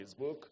Facebook